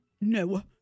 No